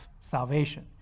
salvation